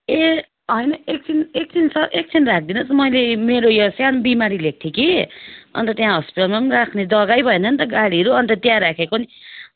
ए होइन एकछिन एकछिन सर एकछिन राखिदिनुहोस् न मैले मेरो यो सानो बिमारी ल्याएको थिएँ कि अन्त त्यहाँ हस्पिटलमा पनि राख्ने जग्गै भएन नि त गाडीहरू अन्त त्यहाँ राखेको नि